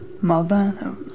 mother